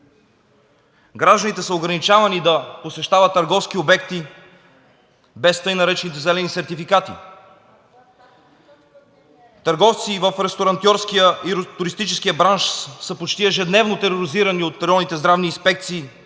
представител Десислава Атанасова) търговски обекти без така наречените зелени сертификати. Търговци в ресторантьорския и туристическия бранш са почти ежедневно тероризирани от